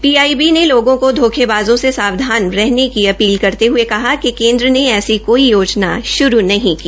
PIB ने लोगों को धोखेबाजों से सावधान रहने की अपील करते हुए कहा है कि केन्द्र ने ऐसी कोई योजना शुरू नहीं की